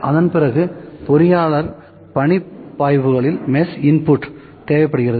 அதன் பிறகு பொறியாளர் பணிப்பாய்வுகளில் மெஷ் இன்புட் தேவைப்படுகிறது